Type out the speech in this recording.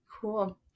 Cool